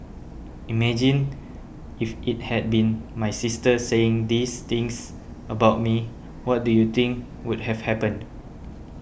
imagine if it had been my sister saying these things about me what do you think would have happened